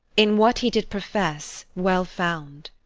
in what he did profess, well found.